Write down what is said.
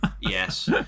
Yes